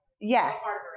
Yes